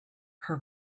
her